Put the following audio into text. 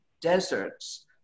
deserts